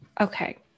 Okay